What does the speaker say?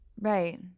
Right